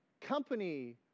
Company